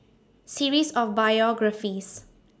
series of biographies